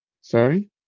Sorry